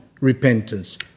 repentance